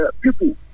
people